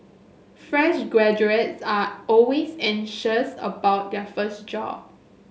fresh graduates are always anxious about their first job